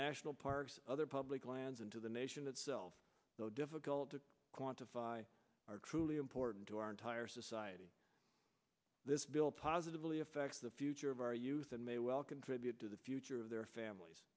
national parks other public lands and to the nation itself so difficult to quantify are truly important to our entire society this bill positively affect the future of our youth and may well contribute to the future of their families